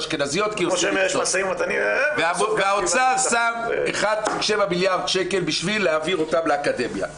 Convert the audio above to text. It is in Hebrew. אשכנזיות --- והאוצר שם 1.7 מיליארד שקל בשביל להעביר אותן לאקדמיה.